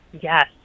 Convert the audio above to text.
Yes